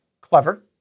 Clever